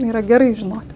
yra gerai žinoti